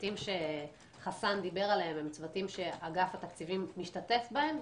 הצוותים שחסאן דיבר עליהם הם צוותים שאגף התקציבים משתתף בהם,